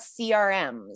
CRMs